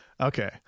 Okay